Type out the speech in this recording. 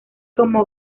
como